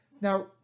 Now